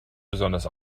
besonders